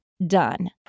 done